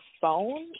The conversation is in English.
phone